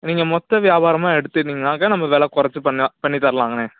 நீங்கள் மொத்த வியாபாரமாக எடுத்துனீங்கனாக்க நம்ம வில குறச்சி பண்ணலாம் பண்ணி தர்லாங்கண்ணே